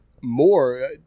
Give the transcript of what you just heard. more